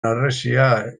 harresia